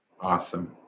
Awesome